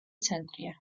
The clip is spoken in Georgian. ცენტრია